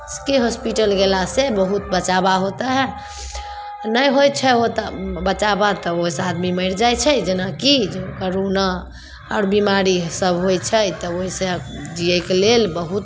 S K hospital गेला से बहुत बचावा होइ हइ नहि होइ छै हो तऽ बच्चा बात तऽ ओहिसँ आदमी मरि जाइ छै जेनाकि जे कोरोना आओर बीमारी सभ होइ छै तऽ ओहि सऽ जियैके लेल बहुत